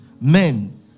Men